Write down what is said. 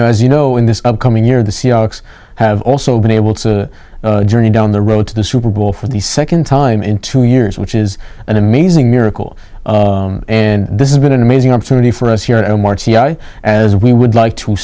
like now as you know in this upcoming year the seahawks have also been able to journey down the road to the super bowl for the second time in two years which is an amazing miracle and this is been an amazing opportunity for us here on march as we would like to